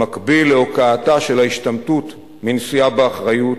במקביל להוקעתה של ההשתמטות מנשיאה באחריות,